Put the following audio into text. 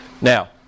Now